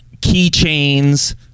Keychains